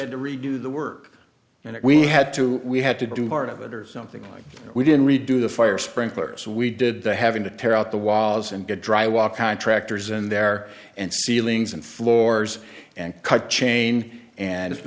had to redo the work and we had to we had to do part of it or something like we did redo the fire sprinklers we did the having to tear out the was and get drywall contractors in there and and ceilings floors and cut chain and if